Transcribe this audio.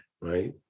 right